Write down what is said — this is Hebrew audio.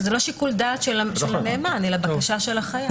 שיקול דעת של הנאמן אלא בקשה של החייב.